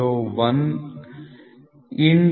7298 ಇದು 1